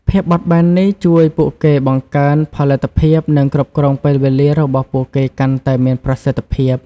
ភាពបត់បែននេះជួយពួកគេបង្កើនផលិតភាព និងគ្រប់គ្រងពេលវេលារបស់ពួកគេកាន់តែមានប្រសិទ្ធភាព។